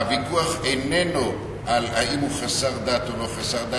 הוויכוח איננו על האם הוא חסר דת או לא חסר דת,